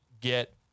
get